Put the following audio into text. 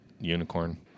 unicorn